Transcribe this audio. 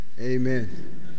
Amen